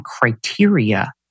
criteria